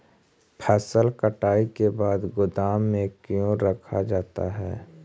फसल कटाई के बाद गोदाम में क्यों रखा जाता है?